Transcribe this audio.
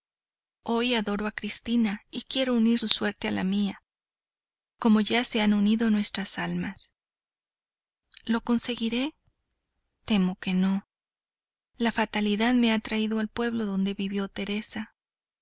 hoy adoro a cristina y quiero unir su suerte a la mía como ya se han unido nuestras almas lo conseguiré temo que no la fatalidad me ha traído al pueblo donde vivió teresa